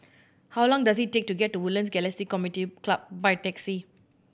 how long does it take to get to Woodlands Galaxy Community Club by taxi